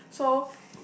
so we